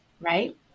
right